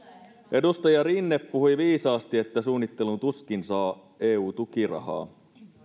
edustaja ranne puhui viisaasti että suunnitteluun tuskin saa eu tukirahaa